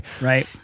right